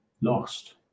lost